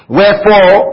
Wherefore